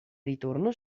ritorno